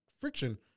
friction